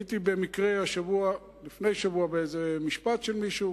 הייתי במקרה לפני שבוע באיזה משפט של מישהו.